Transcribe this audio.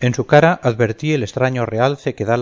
en su cara advertí el extraño realce que da